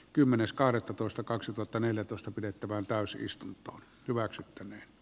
kymmenes kahdettatoista kaksituhattaneljätoista pidettävään täysistunto hyväksyttiin e